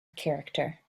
character